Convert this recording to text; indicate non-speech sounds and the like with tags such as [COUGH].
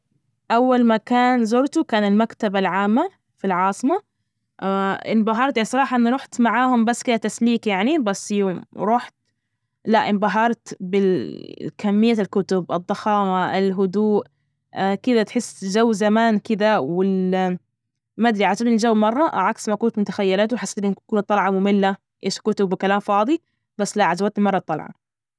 أول مكان زرته كان المكتبة العامة في العاصمة. [HESITATION] انبهرت الصراحة، أنا رحت معاهم، بس كده كتسليك يعني، بس يوم رحت لا انبهرت بكمية الكتب، الضخامة، الهدوء كده، تحس جو زمان كده وال ما أدري عشان الجو مرة عكس ما كنت متخيلاته، وحسيت إن تكون الطالعة مملة، إيش كتب وكلام فاضي، بس لا عجبتنى مرة الطالعة.